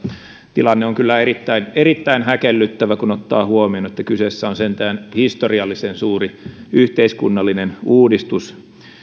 tilanne on kyllä erittäin erittäin häkellyttävä kun ottaa huomioon että kyseessä on sentään historiallisen suuri yhteiskunnallinen uudistus